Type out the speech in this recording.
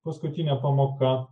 paskutinė pamoka